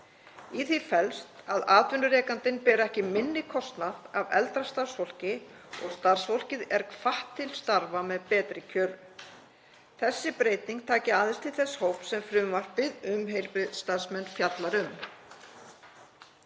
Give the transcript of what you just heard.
Í því felst að atvinnurekandinn ber ekki minni kostnað af eldra starfsfólki og starfsfólkið er hvatt til starfa með betri kjörum. Þessi breyting taki aðeins til þess hóps sem frumvarpið um heilbrigðisstarfsmenn fjallar um.